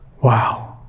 Wow